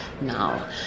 now